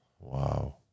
Wow